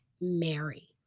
Mary